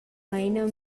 meina